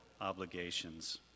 obligations